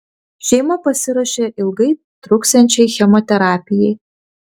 šeima pasiruošė ilgai truksiančiai chemoterapijai